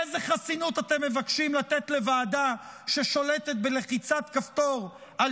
איזה חסינות אתם מבקשים לתת לוועדה ששולטת בלחיצת כפתור על